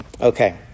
Okay